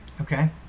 Okay